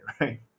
right